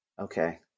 Okay